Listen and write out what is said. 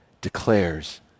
declares